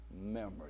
memory